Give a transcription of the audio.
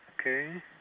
Okay